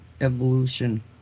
evolution